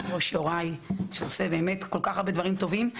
היושב-ראש יוראי עושה באמת כל כך הרבה דברים טובים.